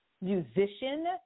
musician